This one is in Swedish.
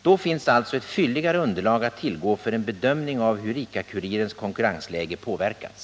Då finns alltså ett fylligare underlag att tillgå för en bedömning av hur ICA-Kurirens konkurrensläge påverkats.